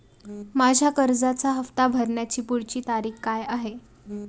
माझ्या कर्जाचा हफ्ता भरण्याची पुढची तारीख काय आहे?